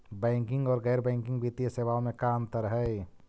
Banking और गैर banking वित्तीय सेवाओं में का अंतर हइ?